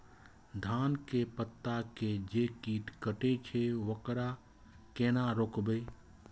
धान के पत्ता के जे कीट कटे छे वकरा केना रोकबे?